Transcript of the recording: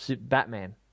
Batman